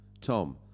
Tom